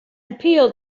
appeal